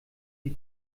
die